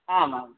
आम् आम्